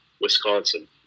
Wisconsin